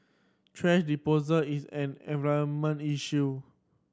thrash disposal is an environment issue